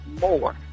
more